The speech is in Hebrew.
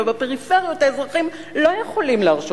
ובפריפריות האזרחים לא יכולים להרשות